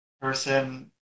person